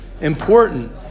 important